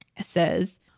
says